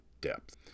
depth